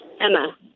Emma